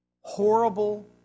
horrible